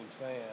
fan